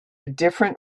different